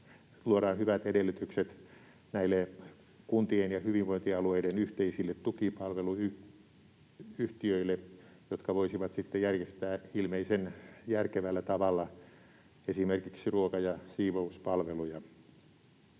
luodaan hyvät edellytykset kuntien ja hyvinvointialueiden yhteisille tukipalveluyhtiöille, jotka voisivat sitten järjestää ilmeisen järkevällä tavalla esimerkiksi ruoka‑ ja siivouspalveluja.